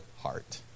heart